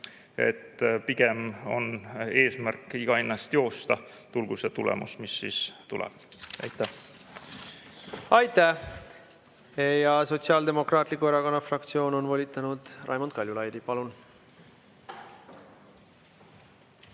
et pigem on eesmärk iga hinna eest joosta, tulgu see tulemus, mis tuleb. Aitäh! Aitäh! Sotsiaaldemokraatliku Erakonna fraktsioon on volitanud Raimond Kaljulaidi. Palun!